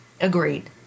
Agreed